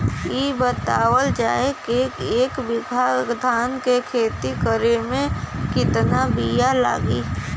इ बतावल जाए के एक बिघा धान के खेती करेमे कितना बिया लागि?